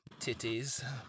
Titties